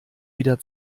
wieder